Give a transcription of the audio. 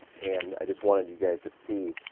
and, i just wanted you guys to see